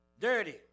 Dirty